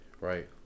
Right